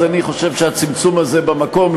אז אני חושב שהצמצום הזה במקום,